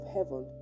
heaven